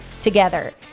together